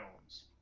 films